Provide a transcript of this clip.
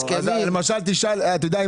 אתה יודע,